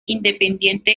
independiente